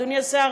אדוני השר,